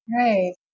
Right